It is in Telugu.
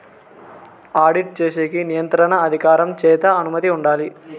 ఆడిట్ చేసేకి నియంత్రణ అధికారం చేత అనుమతి ఉండాలి